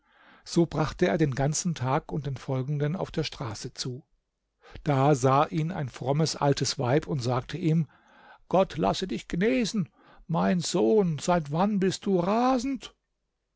so brachte er den ganzen tag und den folgenden auf der straße zu da sah ihn ein frommes altes weib und sagte ihm gott lasse dich genesen mein sohn seit wann bist du rasend